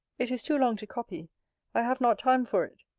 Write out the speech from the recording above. it is too long to copy i have not time for it.